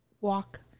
walk